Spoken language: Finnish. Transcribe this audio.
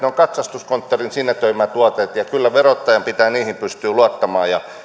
ovat katsastuskonttorin sinetöimät tuotteet ja kyllä verottajan pitää niihin pystyä luottamaan